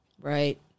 Right